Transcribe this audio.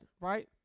right